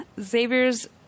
Xavier's